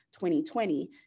2020